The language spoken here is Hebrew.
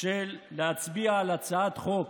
של להצביע על הצעת חוק,